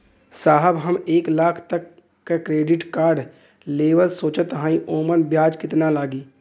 साहब हम एक लाख तक क क्रेडिट कार्ड लेवल सोचत हई ओमन ब्याज कितना लागि?